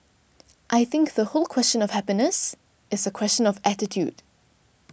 I think the whole question of happiness is a question of attitude